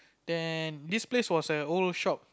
then this place was a old shop